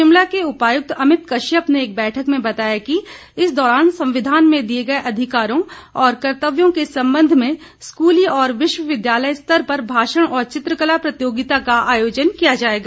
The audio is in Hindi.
शिमला के उपायुक्त अमित कश्यप ने एक बैठक में बताया कि इस दौरान संविधान में दिए गए अधिकारों और कर्तव्यों के संबंध में स्कूली और विश्वविद्यालय स्तर पर भाषण और चित्रकला प्रतियोगिता का आयोजन किया जाएगा